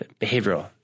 behavioral